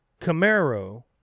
Camaro